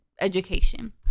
education